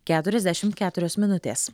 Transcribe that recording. keturiasdešim keturios minutės